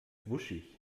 wuschig